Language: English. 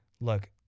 Look